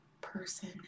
person